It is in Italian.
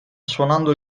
suonando